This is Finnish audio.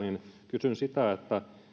kysyn sitä